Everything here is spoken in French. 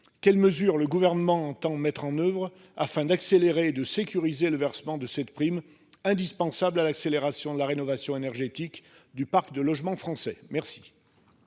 quelles mesures le gouvernement entend mettre en oeuvre afin d'accélérer et de sécuriser le versement de cette prime indispensable à l'accélération de la rénovation énergétique du parc de logements français